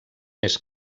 més